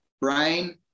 Brain